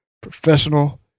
professional